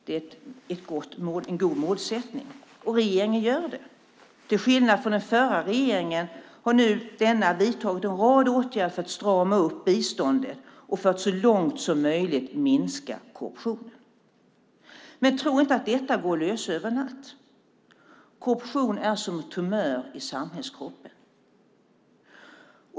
Det är en god målsättning, och regeringen gör det. Till skillnad från den förra regeringen har den nuvarande regeringen vidtagit en rad åtgärder för att strama upp biståndet och så långt som möjligt minska korruptionen. Men tro inte att detta går att lösa över en natt. Korruption är som en tumör i samhällskroppen.